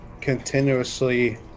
continuously